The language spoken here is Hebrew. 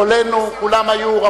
כולם היו גדולינו,